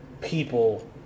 people